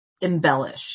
embellish